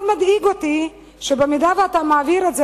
מאוד מדאיג אותי שבמידה שאתה מעביר את זה,